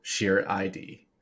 ShareID